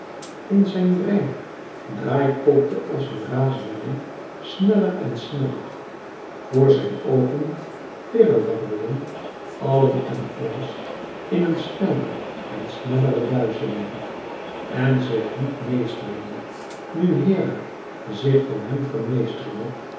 in zijn brein draaikolkte als een razernij sneller en sneller voor zijn oogen wirrewarrelden allen en alles in een snellere en snellere duizeling en zich niet meester meer nu hera zich van hem